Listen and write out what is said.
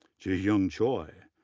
ji hyung choi,